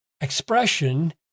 expression